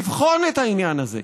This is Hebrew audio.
לבחון את העניין הזה.